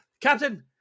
Captain